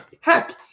heck